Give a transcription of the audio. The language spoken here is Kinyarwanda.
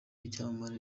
icyamamare